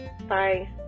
bye